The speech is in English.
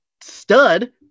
stud